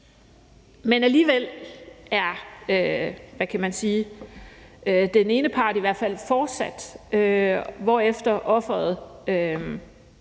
Men alligevel er den ene part i hvert fald fortsat, hvorefter offeret